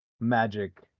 magic